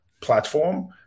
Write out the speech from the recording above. platform